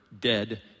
dead